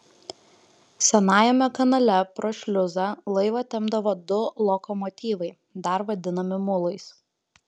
senajame kanale pro šliuzą laivą tempdavo du lokomotyvai dar vadinami mulais